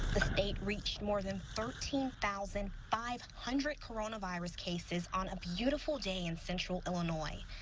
the state reached more than thirteen thousand five hundred coronavirus cases on a beautiful day in central illinois.